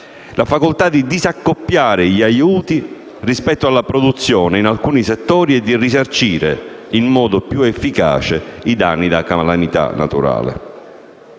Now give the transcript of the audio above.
la facoltà di disaccoppiare gli aiuti rispetto alla produzione in alcuni settori e di risarcire in modo più efficace i danni da calamità naturale.